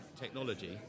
technology